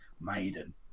Maiden